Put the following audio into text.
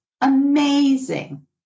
amazing